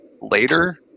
later